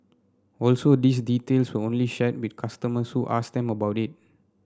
also these details were only shared with customers who asked them about it